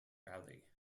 rally